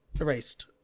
erased